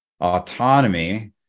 autonomy